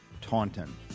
Taunton